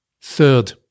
Third